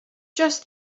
just